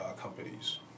companies